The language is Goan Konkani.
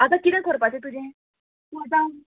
आतां किदें करपाचें तुजें तूं आतां